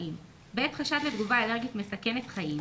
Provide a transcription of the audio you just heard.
חיים 8. בעת חשד לתגובה אלרגית מסכנת חיים,